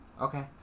Okay